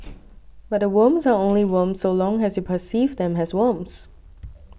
but the worms are only worms so long as you perceive them as worms